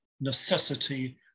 necessity